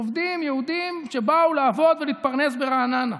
עובדים יהודים שבאו לעבוד ולהתפרנס ברעננה.